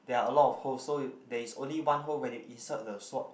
there are a lot of holes so there is only one hole when you insert the sword